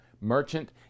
merchant